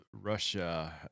Russia